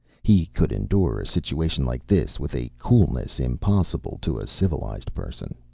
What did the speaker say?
he could endure a situation like this with a coolness impossible to a civilized person.